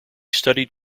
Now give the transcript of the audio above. studied